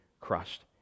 crushed